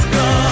go